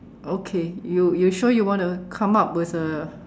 okay you you sure you want to come up with a